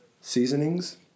seasonings